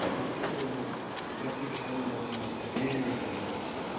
बस्तीको बस्तीको सानो नदीमा चाहिँ रेली एउटा नदी छ